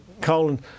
colon